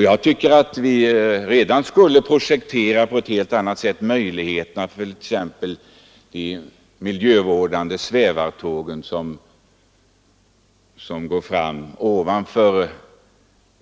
Jag tycker att vi redan borde projektera på ett helt annat sätt och pröva möjligheterna att t.ex. använda miljövårdande svävartåg, som går fram ovanför marken,